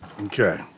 Okay